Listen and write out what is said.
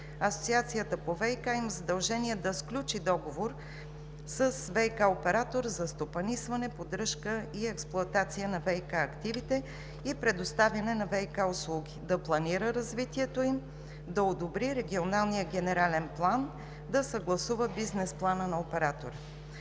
Асоциацията по ВиК има задължение да сключи договор с ВиК оператор за стопанисване, поддръжка и експлоатация на ВиК активите и предоставяне на ВиК услуги, да планира развитието им, да одобри регионалния генерален план, да съгласува бизнес плана на оператора.